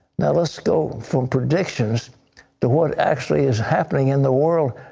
now let's go from predictions to what actually is happening in the world.